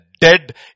dead